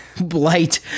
blight